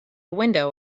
window